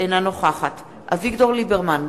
אינה נוכחת אביגדור ליברמן,